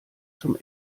zum